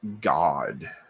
God